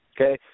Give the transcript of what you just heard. okay